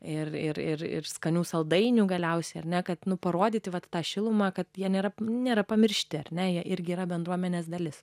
ir ir ir ir skanių saldainių galiausiai ar ne kad nu parodyti vat tą šilumą kad jie nėra nėra pamiršti ar ne jie irgi yra bendruomenės dalis